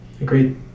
Agreed